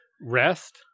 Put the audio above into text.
rest